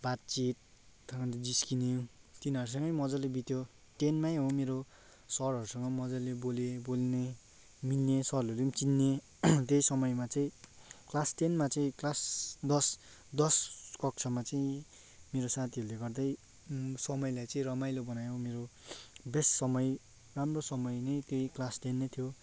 बातचित जिस्किने तिनीहरूसँगै मजाले बित्यो टेनमै हो मेरो सरहरूसँग पनि मजाले बोलेँ बोल्ने मिल्ने सरहरूले पनि चिन्ने त्यही समयमा चाहिँ क्लास टेनमा चाहिँ क्लास दस दस कक्षामा चाहिँ मेरो साथीहरूले गर्दै समयलाई चाहिँ रमाइलो बनायो मेरो बेस्ट समय राम्रो समय नै त्यही क्लास टेन नै थियो